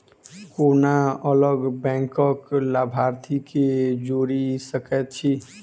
कोना अलग बैंकक लाभार्थी केँ जोड़ी सकैत छी?